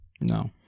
No